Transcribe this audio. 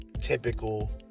typical